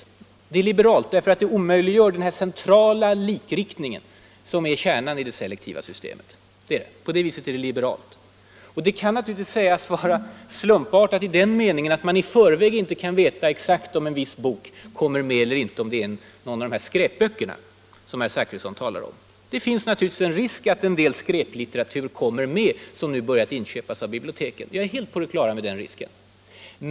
Systemet är liberalt därför att det omöjliggör den här centrala likriktningen, som är kärnan i det selektiva systemet. På det viset är det system vi förordar alltså liberalt. Och det kan naturligtvis sägas vara slumpartat i den meningen att man inte i förväg kan veta exakt om en viss bok kommer med eller inte, ifall någon av de här skräpböckerna som herr Zachrisson talar om hamnar innanför ramen. Det finns naturligtvis en risk att en del skräplitteratur, som nu börjat inköpas av biblioteken, kommer med. Jag är helt på det klara med den risken.